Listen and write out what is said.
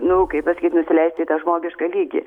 nu kaip pasakyt nusileisti į žmogišką lygį